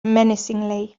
menacingly